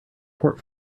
port